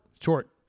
Short